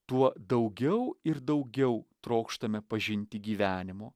tuo daugiau ir daugiau trokštame pažinti gyvenimo